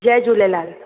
Jay Jhulelal